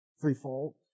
threefold